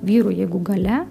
vyrų jeigu galia